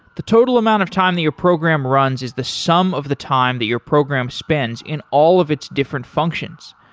the total amount of time that your program runs is the sum of the time that your program spends in all of its different functions.